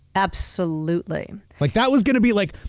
absolutely. like, that was going to be like.